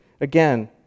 again